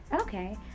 Okay